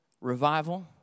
revival